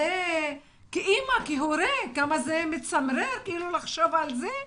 כאימא, כהורה, כמה זה מצמרר לחשוב על זה.